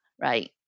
right